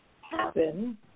happen